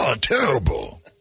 terrible